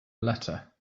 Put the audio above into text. letter